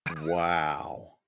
Wow